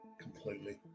completely